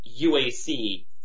UAC